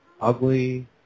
ugly